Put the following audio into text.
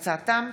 תודה.